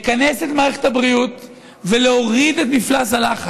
לכנס את מערכת הבריאות ולהוריד את מפלס הלחץ.